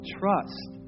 trust